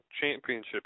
championship